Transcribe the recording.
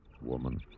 Woman